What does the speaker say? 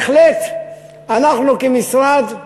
בהחלט אנחנו כמשרד,